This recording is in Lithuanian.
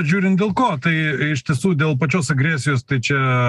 žiūrint dėl ko tai iš tiesų dėl pačios agresijos tai čia